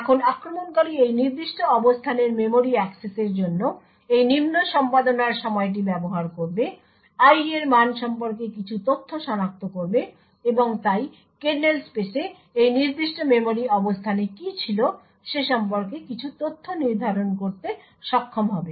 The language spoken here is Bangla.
এখন আক্রমণকারী এই নির্দিষ্ট অবস্থানের মেমরি অ্যাক্সেসের জন্য এই নিম্ন সম্পাদনার সময়টি ব্যবহার করবে i এর মান সম্পর্কে কিছু তথ্য সনাক্ত করবে এবং তাই কার্নেল স্পেসে এই নির্দিষ্ট মেমরি অবস্থানে কি ছিল সে সম্পর্কে কিছু তথ্য নির্ধারণ করতে সক্ষম হবে